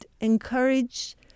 encourage